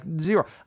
zero